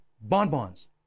bonbons